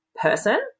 person